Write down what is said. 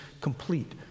complete